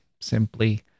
Simply